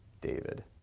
David